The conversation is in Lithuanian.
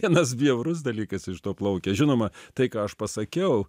vienas bjaurus dalykas iš to plaukia žinoma tai ką aš pasakiau